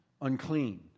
unclean